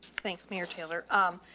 thanks mayor taylor. um,